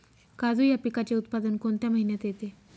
काजू या पिकाचे उत्पादन कोणत्या महिन्यात येते?